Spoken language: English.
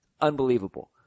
Unbelievable